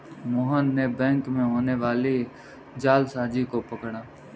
मोहन ने बैंक में होने वाली जालसाजी को पकड़ा